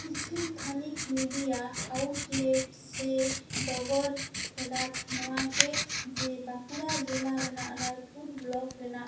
ᱠᱤᱪᱷᱩ ᱛᱷᱟᱱᱤᱠ media outlet ᱥᱮ ᱰᱚᱜᱚᱨ ᱯᱷᱮᱰᱟᱛ ᱱᱚᱣᱟ ᱜᱮ ᱡᱮ ᱵᱟᱸᱠᱩᱲᱟ ᱡᱤᱞᱟ ᱨᱮᱱᱟᱜ ᱨᱟᱭᱯᱩᱨ ᱵᱞᱚᱠ ᱨᱮᱱᱟᱜ